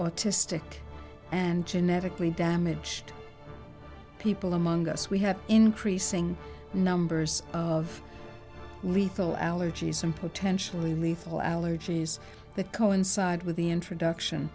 autistic and genetically damaged people among us we have increasing numbers of lethal allergies and potentially lethal allergies that coincide with the introduction